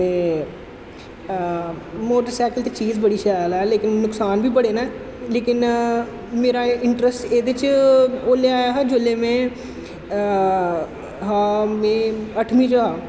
ते motorcycle ते चीज बड़ी शैल ऐ लेकिन नुक्सान बी बड़े न लेकिन मेरा इंट्रस्ट एह्दे च ओल्लै आया हा जोल्लै में हा में अठमीं च हा